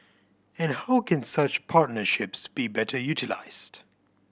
and how can such partnerships be better utilised